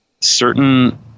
certain